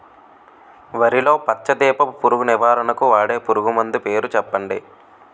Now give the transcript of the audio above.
వరిలో పచ్చ దీపపు పురుగు నివారణకు వాడే పురుగుమందు పేరు చెప్పండి?